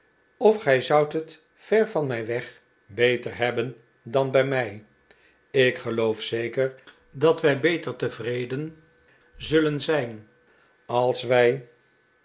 of gij zoudt het ver van mij weg beter hebben dan bij mij ik geloof zeker dat wij beter tevreden zullen zijn als wij